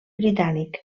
britànic